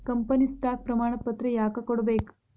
company stock ಪ್ರಮಾಣಪತ್ರ ಯಾಕ ಕೊಡ್ಬೇಕ್